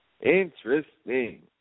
Interesting